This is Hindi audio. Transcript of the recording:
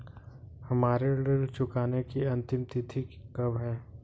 हमारी ऋण चुकाने की अंतिम तिथि कब है?